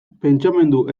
pentsamendu